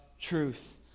truth